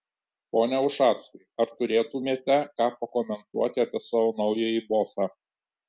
pone ušackai ar turėtumėte ką pakomentuoti apie savo naująjį bosą